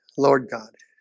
lord god